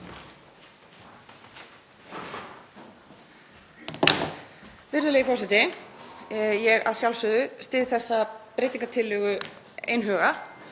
Virðulegur forseti. Ég að sjálfsögðu styð þessa breytingartillögu heils hugar